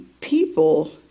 people